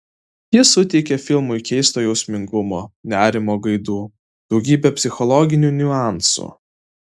ji suteikia filmui keisto jausmingumo nerimo gaidų daugybę psichologinių niuansų